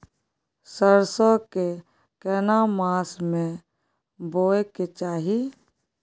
सरसो के केना मास में बोय के चाही?